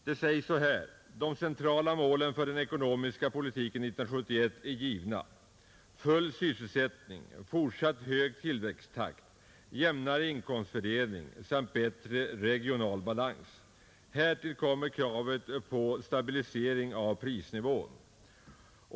Den lyder så här: ”De centrala målen för den ekonomiska politiken 1971 är givna: full sysselsättning, fortsatt hög tillväxttakt, jämnare inkomstfördelning samt bättre regional balans. Härtill kommer kravet på stabilisering av prisnivån.